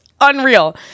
unreal